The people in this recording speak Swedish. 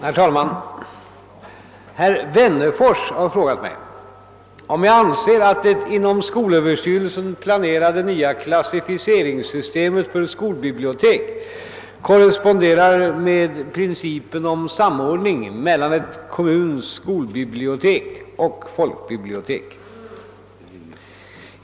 Herr talman! Herr Wennerfors har frågat, om jag anser att det inom skolöverstyrelsen planerade nya klassificeringssystemet för skolbibliotek korresponderar med principen om samordning mellan en kommuns skolbibliotek och folkbibliotek.